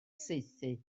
saethu